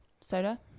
soda